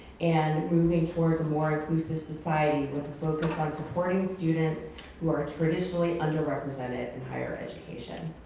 and moving towards a more inclusive society with a focus on supporting students who are traditionally underrepresented in higher education.